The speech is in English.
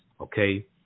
Okay